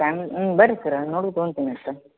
ತ್ಯಾಂಗ್ ಬನ್ರಿ ಸರ ನೋಡಿ ತಗೊಂತೀನಂತೆ